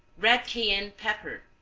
red cayenne pepper,